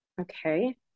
Okay